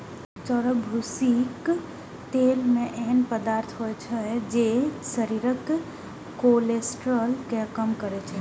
चाउरक भूसीक तेल मे एहन पदार्थ होइ छै, जे शरीरक कोलेस्ट्रॉल कें कम करै छै